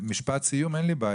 משפט סיום.